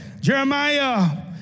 Jeremiah